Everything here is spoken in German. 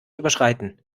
überschreiten